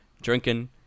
drinking